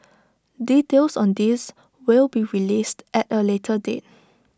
details on this will be released at A later date